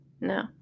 No